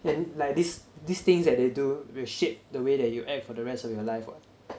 and like these these things that they do will shape the way that you act for the rest of your life [what]